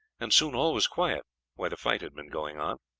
and soon all was quiet where the fight had been going on.